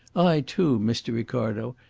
i, too, mr. ricardo,